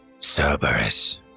Cerberus